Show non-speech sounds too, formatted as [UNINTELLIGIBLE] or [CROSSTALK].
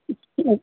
[UNINTELLIGIBLE]